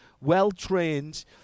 well-trained